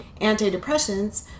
antidepressants